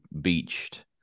beached